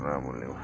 ভৰাব লাগিব